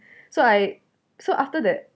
so I so after that